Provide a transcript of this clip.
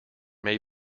may